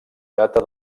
data